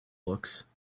looks